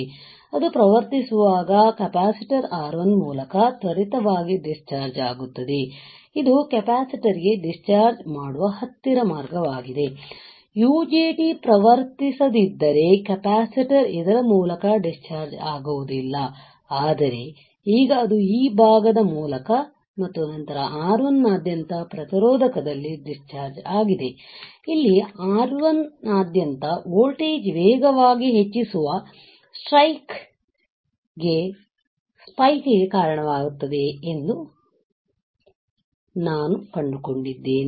ಆದ್ದರಿಂದ ಅದು ಪ್ರವರ್ತಿಸುವಾಗ ಕೆಪಾಸಿಟರ್ R1 ಮೂಲಕ ತ್ವರಿತವಾಗಿ ಡಿಸ್ಚಾರ್ಜ್ ಆಗುತ್ತದೆ ಇದು ಕೆಪಾಸಿಟರ್ ಗೆ ಡಿಸ್ಚಾರ್ಜ್ ಮಾಡುವ ಹತ್ತಿರ ಮಾರ್ಗವಾಗಿದೆ UJT ಪ್ರವರ್ತಿಸದಿದ್ದರೆ ಕೆಪಾಸಿಟರ್ ಇದರ ಮೂಲಕ ಡಿಸ್ಚಾರ್ಜ್ ಆಗುವುದಿಲ್ಲ ಆದರೆ ಈಗ ಅದು ಈ ಭಾಗದ ಮೂಲಕ ಮತ್ತು ನಂತರ R1 ನಾದ್ಯಂತ ಪ್ರತಿರೋಧಕದಲ್ಲಿ ಡಿಸ್ಚಾರ್ಜ್ ಆಗಿದೆ ಇಲ್ಲಿ R1 ನಾದ್ಯಂತ ವೋಲ್ಟೇಜ್ ವೇಗವಾಗಿ ಹೆಚ್ಚಿಸುವ ಸ್ಪೈಕ್ ಗೆ ಕಾರಣವಾಗುತ್ತದೆ ಎಂದು ನಾನು ಕಂಡುಕೊಂಡಿದ್ದೇನೆ